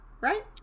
right